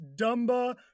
Dumba